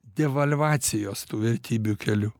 devalvacijos tų vertybių keliu